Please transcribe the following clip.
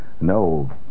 no